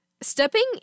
Stepping